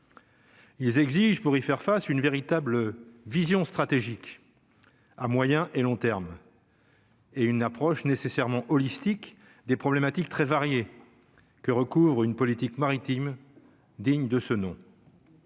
Ils exigent pour y faire face, une véritable vision stratégique à moyen et long terme. Et une approche nécessairement holistique des problématiques très variées que recouvre une politique maritime digne de ce nom.